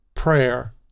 Prayer